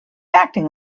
acting